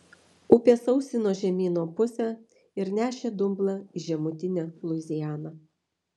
upė sausino žemyno pusę ir nešė dumblą į žemutinę luizianą